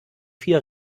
vier